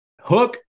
hook